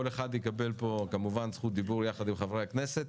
אחד יקבל פה כמובן זכות דיבור יחד עם חברי הכנסת,